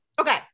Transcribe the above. Okay